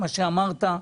מה שאמרת,